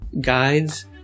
guides